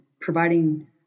providing